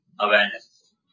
Awareness